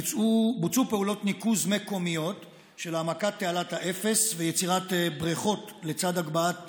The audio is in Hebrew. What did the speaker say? בוצעו פעולות ניקוז מקומיות של העמקת תעלת האפס ויצירת בריכות לצד הגבהת